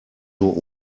nur